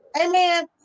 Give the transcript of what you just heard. Amen